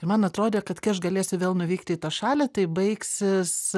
ir man atrodė kad kai aš galėsiu vėl nuvykti į tą šalį tai baigsis